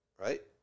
Right